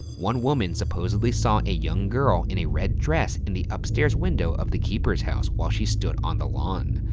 one woman supposedly saw a young girl in a red dress in the upstairs window of the keeper's house while she stood on the lawn.